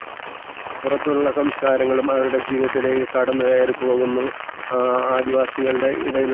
അങ്ങനെ പിന്നെ പിന്നെ വരക്കുമ്പോൾ തോന്നി ചിത്രം വരക്കുമ്പോഴത്തേനും ഇതുപോലെ എന്തെങ്കിലും മീനിങ്ങോ